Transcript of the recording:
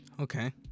Okay